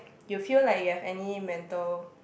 you feel like you have any mental